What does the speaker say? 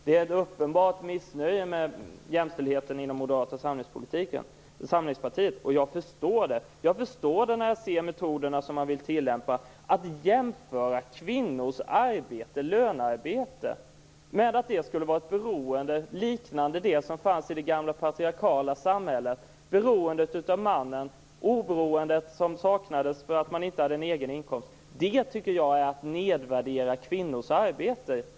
Det är ett uppenbart missnöje med jämställdheten inom Moderata samlingspartiet. Jag förstår det. Jag förstår det när jag ser metoderna som man vill tillämpa. Man säger att kvinnors lönearbete skulle vara ett beroende liknande det som fanns i det gamla patriarkala samhället - beroendet av mannen. Kvinnorna saknade oberoende därför att de inte hade en egen inkomst. Det tycker jag är att nedvärdera kvinnors arbete.